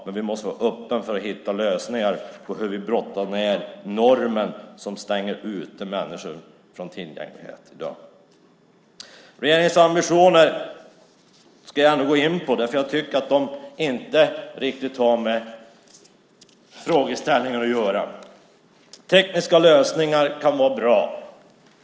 Men vi måste vara öppna för lösningar hur vi brottar ned normen som i dag stänger ute människor från tillgänglighet. Regeringens ambitioner har inte riktigt med frågeställningen att göra. Tekniska lösningar kan vara bra.